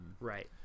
right